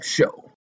Show